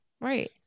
right